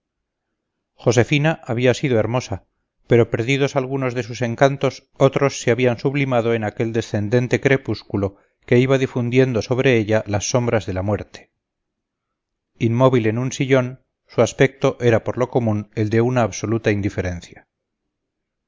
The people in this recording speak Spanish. josefina había sido hermosa pero perdidos algunos de sus encantos otros se habían sublimado en aquel descendente crepúsculo que iba difundiendo sobre ella las sombras de la muerte inmóvil en un sillón su aspecto era por lo común el de una absoluta indiferencia